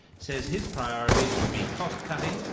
says his priorities will be cost-cutting,